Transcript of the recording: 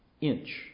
inch